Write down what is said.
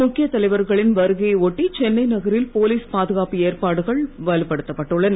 முக்கிய தலைவர்களின் வருவையை ஒட்டி சென்னை நகரில் போலீஸ் பாதுகாப்பு ஏற்பாடுகள் வலுப்படுத்தப்பட்டு உள்ளன